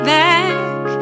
back